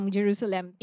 Jerusalem